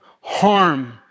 harm